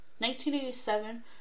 1987